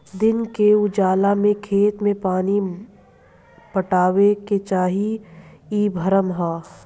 दिन के उजाला में खेत में पानी पटावे के चाही इ भ्रम ह